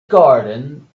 garden